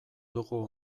dugu